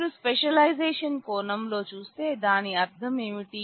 మీరు స్పెషలైజేషన్ కోణంలో చూస్తే దాని అర్థం ఏమిటి